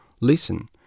listen